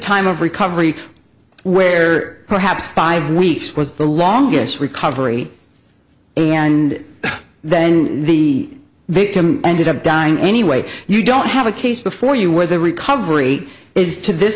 time of recovery where perhaps five weeks was the longest recovery and then the victim ended up dying anyway you don't have a case before you where the recovery is to this